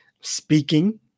Speaking